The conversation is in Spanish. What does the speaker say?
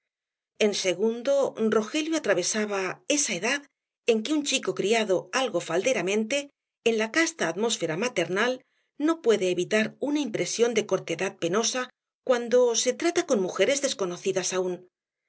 en segundo rogelio atravesaba esa edad en que un chico criado algo falderamente en la casta atmósfera maternal no puede evitar una impresión de cortedad penosa cuando trata con mujeres desconocidas aún cierto que